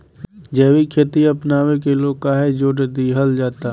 जैविक खेती अपनावे के लोग काहे जोड़ दिहल जाता?